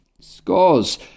scores